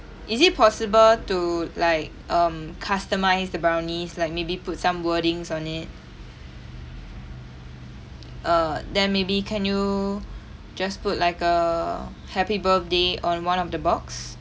is it possible to like um customise the brownies like maybe put some wordings on it err then maybe can you just put like a happy birthday on one of the box